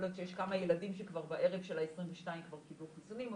יכול להיות שיש כמה ילדים שכבר בערב של ה-22 כבר קיבלו חיסונים,